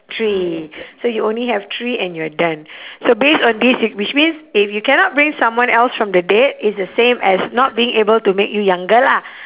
three so you only have three and you're done so based on this which means if you cannot bring someone else from the dead it's the same as not being able to make you younger lah